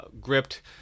Gripped